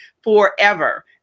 forever